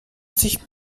sich